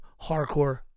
hardcore